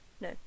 No